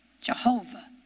Jehovah